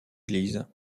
église